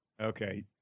Okay